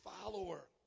follower